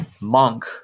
monk